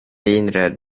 vinröd